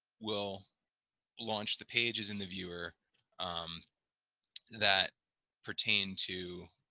will launch the pages in the viewer um that pertain to